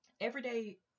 everyday